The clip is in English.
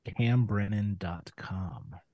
cambrennan.com